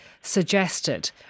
suggested